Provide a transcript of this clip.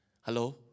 Hello